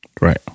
Right